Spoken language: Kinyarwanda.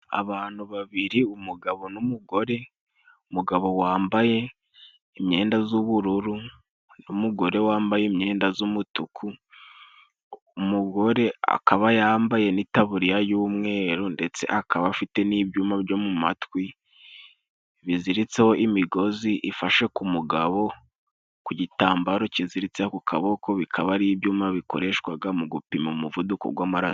Abantu babiri umugabo n'umugore, umugabo wambaye imyenda z'ubururu n'umugore wambaye imyenda z'umutuku, umugore akaba yambaye n'itaburiya y'umweru, ndetse akaba afite n'ibyuma byo mu matwi biziritseho imigozi ifashe ku mugabo ku gitambaro kiziritse ku kaboko, bikaba ari ibyuma bikoreshwaga mu gupima umuvuduko gw'amaraso.